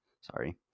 sorry